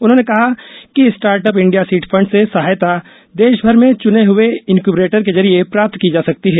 उन्होंने कहा कि स्टार्टअप इंडिया सीड फंड से सहायता देशभर में चुने हए इनक्यूबरेटर के जरिये प्राप्ति की जा सकती है